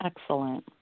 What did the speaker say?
excellent